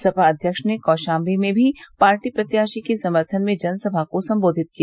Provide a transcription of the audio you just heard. सपा अध्यक्ष ने कौशाम्बी में भी पार्टी प्रत्याशी के सम्थन में जनसभा को संबोधित किया